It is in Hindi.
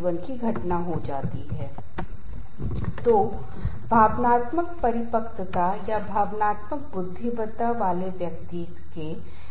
मानसिक शारीरिक और भावनात्मक प्रणाली परेशान है और आप नौकरी पर ध्यान केंद्रित नहीं कर सकते हैं और अपना सर्वश्रेष्ठ दे नाही सकते हैं